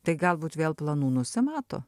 tai galbūt vėl planų nusimato